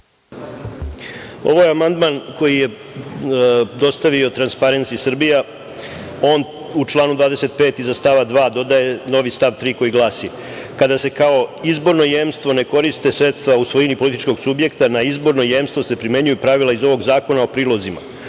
Ovo je amandman koji je dostavio Transparensi Srbija. On u članu 25. iza stava 2. dodaje novi stav 3. koji glasi – kada se kao izborno jemstvo ne koriste sredstva u svojini političkog subjekta na izborno jemstvo se primenjuju pravila iz ovog zakona o prilozima.Zašto